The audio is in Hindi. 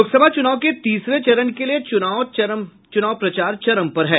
लोकसभा चूनाव के तीसरे चरण के लिए चूनाव प्रचार चरम पर है